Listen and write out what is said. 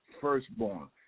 firstborn